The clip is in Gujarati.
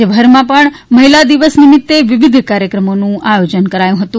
રાજયભરમાં મહિલા દિવસ નિમિત્તે વિવિધ કાર્યક્રમોનું આયોજન કરાયું હતું